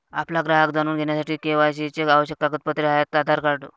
आपला ग्राहक जाणून घेण्यासाठी के.वाय.सी चे आवश्यक कागदपत्रे आहेत आधार कार्ड